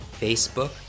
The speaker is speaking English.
Facebook